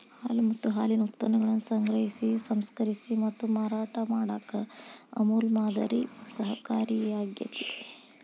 ಹಾಲು ಮತ್ತ ಹಾಲಿನ ಉತ್ಪನ್ನಗಳನ್ನ ಸಂಗ್ರಹಿಸಿ, ಸಂಸ್ಕರಿಸಿ ಮತ್ತ ಮಾರಾಟ ಮಾಡಾಕ ಅಮೂಲ್ ಮಾದರಿ ಸಹಕಾರಿಯಾಗ್ಯತಿ